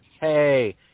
Hey